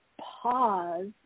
pause